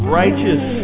righteous